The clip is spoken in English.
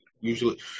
usually